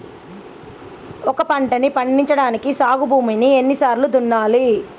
ఒక పంటని పండించడానికి సాగు భూమిని ఎన్ని సార్లు దున్నాలి?